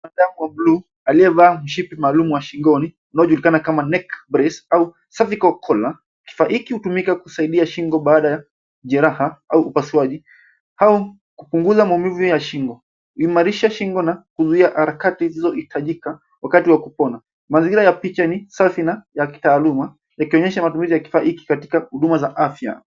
Madamu wa bluu aliyevaa mshipi maalum wa shingoni unao julikana kama neck brace au cervical collar . Kifaa hiki hutumika kusaidia shingo baada ya jeraha au upasuaji au kupunguza maumivu ya shingo, uimarisha shingo na kuzuia harakati zilizo hitajika wakati wa kupona. Mazingira ya picha ni safi na ya kitaaluma yakionyesha matumizi ya kifaa hiki katika huduma za afya.